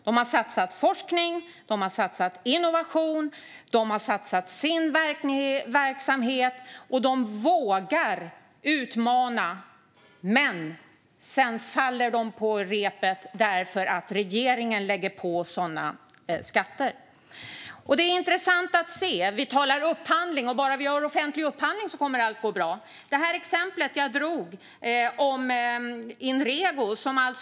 De har satsat på forskning och innovation och de har satsat sin verksamhet och vågar utmana, men sedan faller de på att regeringen lägger på sådana höga skatter. Vi talar om upphandling och säger ofta att bara vi gör offentlig upphandling kommer allt att gå bra. Jag tog tidigare företaget Inrego som exempel.